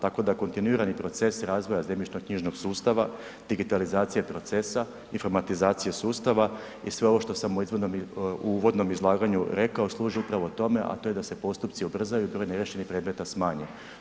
Tako da kontinuirani proces razvoja zemljišno knjižnog sustava, digitalizacija procesa, informatizacije sustava i sve ovo što sam u uvodnom izlaganju rekao služi upravo tome a to je da se postupci ubrzaju i broj neriješenih predmeta smanji.